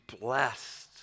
blessed